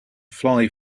fly